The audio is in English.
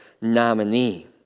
nominee